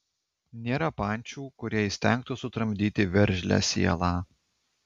nėra pančių kurie įstengtų sutramdyti veržlią sielą